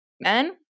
Men